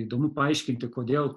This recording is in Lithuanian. įdomu paaiškinti kodėl